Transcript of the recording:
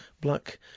Black